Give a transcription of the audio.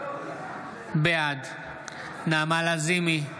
בעד נעמה לזימי,